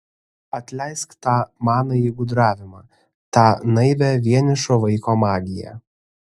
atleisk tą manąjį gudravimą tą naivią vienišo vaiko magiją